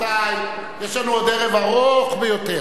רבותי, יש לנו עוד ערב ארוך ביותר.